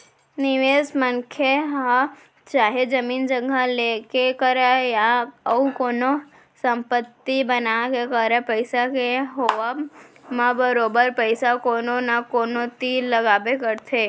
निवेस मनसे ह चाहे जमीन जघा लेके करय या अउ कोनो संपत्ति बना के करय पइसा के होवब म बरोबर पइसा कोनो न कोनो तीर लगाबे करथे